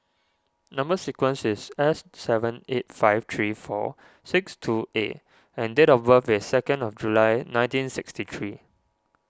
Number Sequence is S seven eight five three four six two A and date of birth is second of July nineteen sixty three